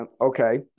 Okay